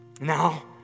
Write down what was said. now